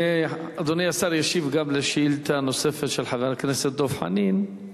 אדוני השר ישיב גם על שאלה נוספת של חבר הכנסת דב חנין.